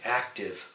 active